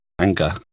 Anger